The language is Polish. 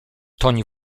toń